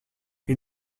les